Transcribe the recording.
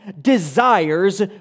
desires